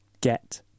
Get